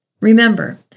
Remember